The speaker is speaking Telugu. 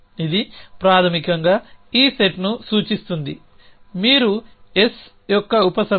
ఇది ప్రాథమికంగా ఈ సెట్ని సూచిస్తుంది మీరు S యొక్క ఉపసమితి